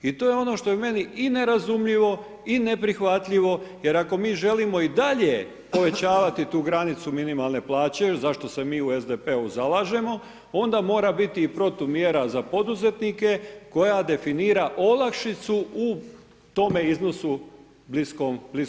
I to je ono što je meni i nerazumljivo i neprihvatljivo jer ako mi želimo i dalje povećavati tu granicu minimalne plaće jer za što se mi u SDP-u zalažemo, onda mora biti i protumjera za poduzetnike koja definira olakšicu u tome iznosu bliskoj veličini.